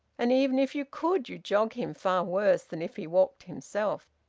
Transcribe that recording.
and even if you could you'd jog him far worse than if he walked himself.